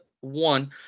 one